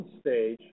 stage